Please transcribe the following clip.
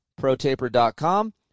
Protaper.com